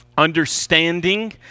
understanding